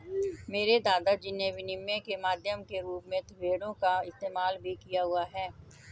मेरे दादा जी ने विनिमय के माध्यम के रूप में भेड़ों का इस्तेमाल भी किया हुआ है